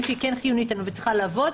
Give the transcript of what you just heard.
שהיא כן חיונית לנו והיא צריכה לעבוד,